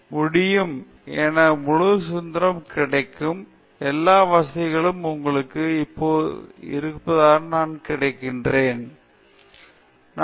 எல்லா வசதிகளும் உங்களுக்கு இருப்பதாக நீங்கள் உணர்ந்தால் உங்களுடைய சொந்த ஆராய்ச்சியை நீங்கள் நிர்வகிக்கலாம் உங்களுக்கு தேவையானது போல சுதந்திரமாக இருக்கவும் சில சிரமங்களை எதிர்கொள்ளும்போதெல்லாம் நீங்கள் இங்கே வரலாம் என்னால் உதவவும் முடியும்